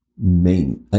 main